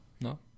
No